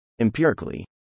Empirically